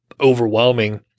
overwhelming